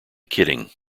kidding